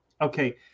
Okay